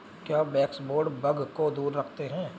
क्या baseboard bugs को दूर रखते हैं?